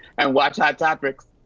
and watch hot topics.